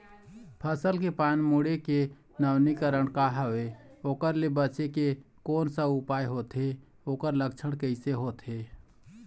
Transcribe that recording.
फसल के पान मुड़े के नवीनीकरण का हवे ओकर ले बचे के कोन सा उपाय होथे ओकर लक्षण कैसे होथे?